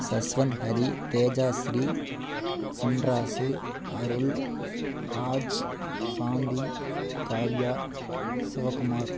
Saswanth Hari Tejashree Chinrasu Arul Raj Shanthi Kavya Sivakumar